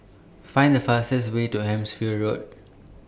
Find The fastest Way to Hampshire Road